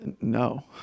no